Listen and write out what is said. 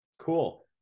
Cool